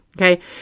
Okay